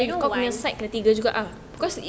you know why